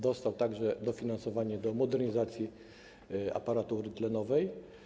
Dostał także dofinansowanie do modernizacji aparatury tlenowej.